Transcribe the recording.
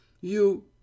You